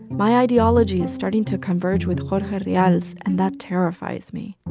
my ideology is starting to converge with jorge ah rial's, and that terrifies me.